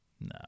No